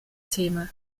thema